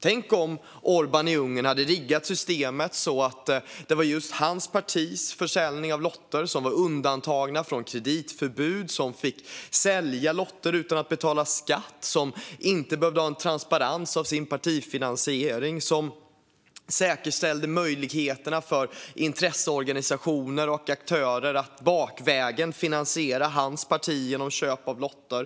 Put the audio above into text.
Tänk om Orbán i Ungern hade riggat systemet så att det var just hans partis försäljning av lotter som var undantagen från kreditförbud och så att hans parti fick sälja lotter utan att betala skatt och inte behövde ha transparens i sin partifinansiering och om han säkerställde möjligheterna för intresseorganisationer och andra aktörer att bakvägen finansiera hans parti genom köp av lotter!